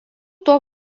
tuo